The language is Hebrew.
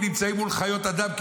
כי נמצאים מול חיות אדם.